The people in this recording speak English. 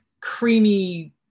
creamy